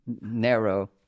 narrow